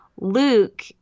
Luke